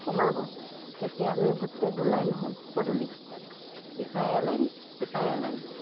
সোমাব তেতিয়া আমি গোটেই দুলাইন হওঁ পদূলিত ইপাৰে এলাইন সিপাৰে এলাইন